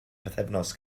bythefnos